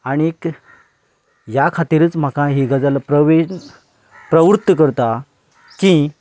आनी ह्या खातीरूच म्हाका ही गजाल प्रविण प्रवृत्त करता की